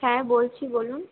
হ্যাঁ বলছি বলুন